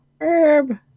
Herb